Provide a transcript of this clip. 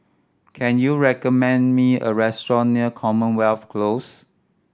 can you recommend me a restaurant near Commonwealth Close